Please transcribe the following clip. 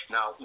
Now